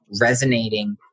resonating